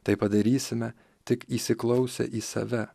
tai padarysime tik įsiklausę į save